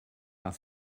are